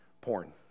Porn